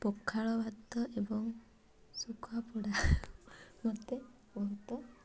ପଖାଳ ଭାତ ଏବଂ ଶୁଖୁଆ ପୋଡ଼ା ମୋତେ ବହୁତ